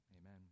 Amen